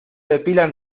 depilan